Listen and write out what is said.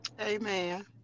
amen